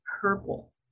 purple